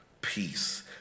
peace